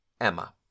Emma